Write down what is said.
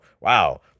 wow